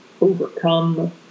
overcome